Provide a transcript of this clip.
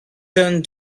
turn